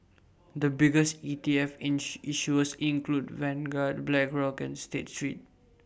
the biggest E T F ins issuers include Vanguard Blackrock and state street